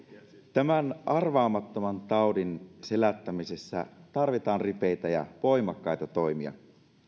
tämän arvaamattoman taudin selättämisessä tarvitaan ripeitä ja voimakkaita toimia